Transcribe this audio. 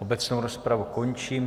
Obecnou rozpravu končím.